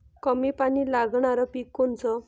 कमी पानी लागनारं पिक कोनचं?